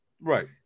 Right